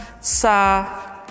sa